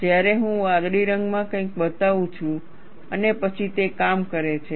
જ્યારે હું વાદળી રંગમાં કંઈક બતાવું છું અને પછી તે કામ કરે છે